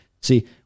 See